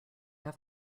have